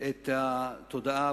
את התודעה.